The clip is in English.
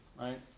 right